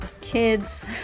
Kids